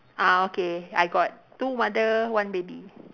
ah okay I got two mother one baby